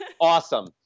awesome